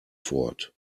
fort